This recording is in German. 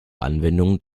anwendung